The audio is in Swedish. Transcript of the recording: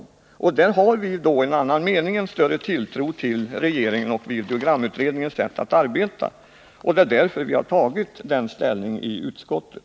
Där har vi inom centern en annan mening och en större tilltro till regeringen och videogramutredningens sätt att arbeta. Därför har vi tagit denna ställning i utskottet.